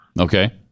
okay